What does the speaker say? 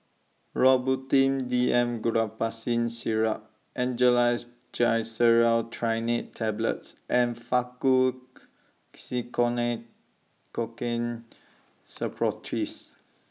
Robitussin D M Guaiphenesin Syrup Angised Glyceryl Trinitrate Tablets and Faktu Cinchocaine Suppositories